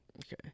okay